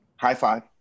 High-five